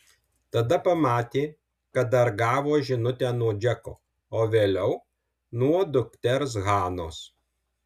tada pamatė kad dar gavo žinutę nuo džeko o vėliau nuo dukters hanos